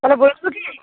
তাহলে বলে দিবো কি